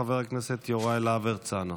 חבר הכנסת יוראי להב הרצנו.